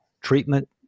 treatment